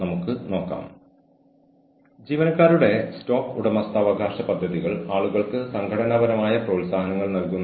അതിനാൽ അവർ അവരുടെ സ്വന്തം പ്രദേശത്ത് നിന്നുള്ള ആളുകൾക്ക് മുൻഗണന നൽകുന്നു